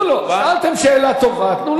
תנו לו, שאלתם שאלה טובה, תנו לו להסביר.